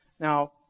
Now